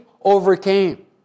overcame